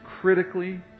critically